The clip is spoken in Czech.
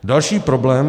Další problém.